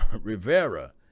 Rivera